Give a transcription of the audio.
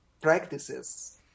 practices